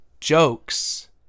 jokes